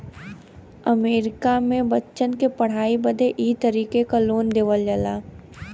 अमरीका मे बच्चन की पढ़ाई बदे ई तरीके क लोन देवल जाला